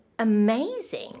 Amazing